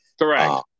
Correct